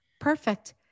Perfect